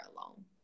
alone